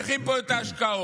צריכים פה את ההשקעות.